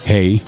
Hey